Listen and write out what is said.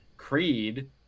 Creed